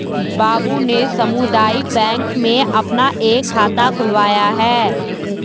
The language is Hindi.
बाबू ने सामुदायिक बैंक में अपना एक खाता खुलवाया है